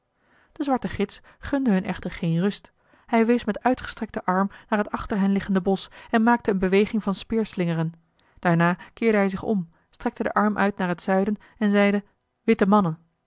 de zwarte gids gunde hun echter geen rust hij wees met uitgestrekten arm naar het achter hen liggende bosch en maakte eene beweging van speerslingeren daarna keerde hij zich om strekte den arm uit naar het zuiden en zeide witte mannen